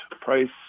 price